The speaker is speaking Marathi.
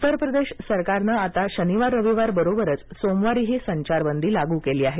उत्तर प्रदेश सरकारनं आता शनिवार रविवार बरोबरच सोमवारीही संचारबंदी लागू केली आहे